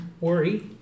worry